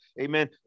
amen